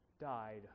died